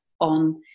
on